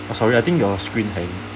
oh sorry I think your screen hang